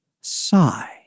sigh